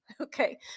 Okay